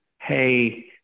hey